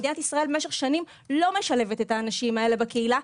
מדינת ישראל במשך שנים לא משלבת את האנשים האלה בקהילה.